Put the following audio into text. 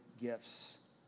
gifts